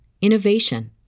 innovation